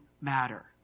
matter